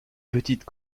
petite